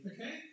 okay